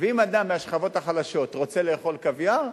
ואם אדם מהשכבות החלשות רוצה לאכול קוויאר,